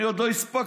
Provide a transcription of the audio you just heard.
אני עוד לא הספקתי,